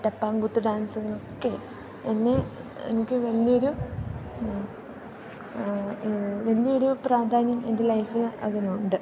ഡപ്പാങ്കൂത്ത് ഡാൻസിനൊക്കെ എന്നെ എനിക്ക് വലിയ ഒരു വലിയ ഒരു പ്രാധാന്യം എൻ്റെ ലൈഫില് അതിനുണ്ട്